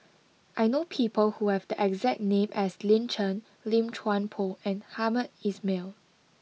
I know people who have the exact name as Lin Chen Lim Chuan Poh and Hamed Ismail